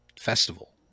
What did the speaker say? festival